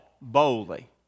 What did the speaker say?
boldly